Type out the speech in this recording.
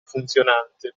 funzionante